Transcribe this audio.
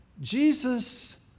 Jesus